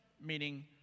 meaning